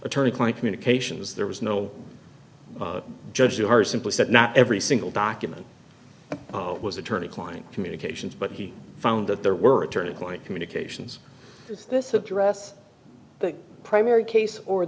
attorney client communications there was no judge there are simply said not every single document oh it was attorney client communications but he found that there were a turning point communications this address the primary case or